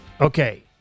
Okay